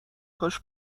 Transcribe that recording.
هاش